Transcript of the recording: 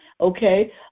okay